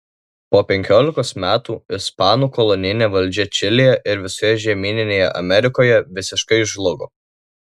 po penkiolikos metų ispanų kolonijinė valdžia čilėje ir visoje žemyninėje amerikoje visiškai žlugo